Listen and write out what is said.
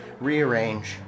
rearrange